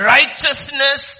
Righteousness